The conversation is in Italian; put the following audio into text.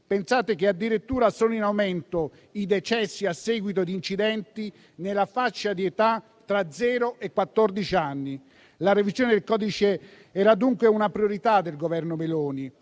Pensate che addirittura sono in aumento i decessi a seguito di incidenti nella fascia di età tra zero e quattrodici anni. La revisione del codice era dunque una priorità del Governo Meloni.